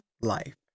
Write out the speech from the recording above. life